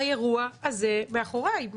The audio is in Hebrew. האירוע הזה מאחוריי.